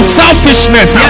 selfishness